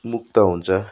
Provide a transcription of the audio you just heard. मुक्त हुन्छ